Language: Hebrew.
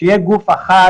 שיהיה גוף אחד,